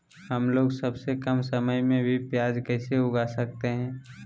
हमलोग सबसे कम समय में भी प्याज कैसे उगा सकते हैं?